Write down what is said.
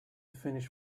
finish